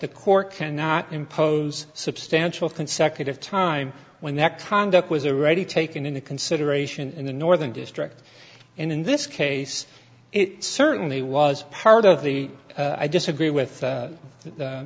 the court cannot impose substantial consecutive time when that conduct was a ready taken into consideration in the northern district and in this case it certainly was part of the i disagree with